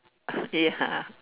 ya